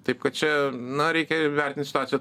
taip kad čia na reikia vertint situaciją